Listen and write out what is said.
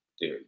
dude